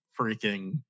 freaking